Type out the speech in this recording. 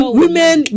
women